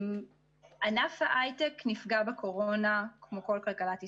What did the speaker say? ענף ההיי-טק נפגע בקורונה כמו כל כלכלת ישראל.